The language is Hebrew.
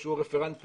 הוא רפרנט פנים.